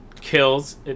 kills